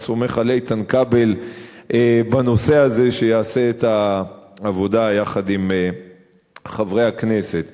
ואני סומך על איתן כבל שיעשה את העבודה בנושא הזה יחד עם חברי הכנסת.